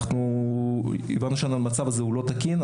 אנחנו הבנו שהמצב הזה לא תקין.